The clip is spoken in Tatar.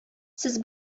сез